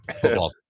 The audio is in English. Football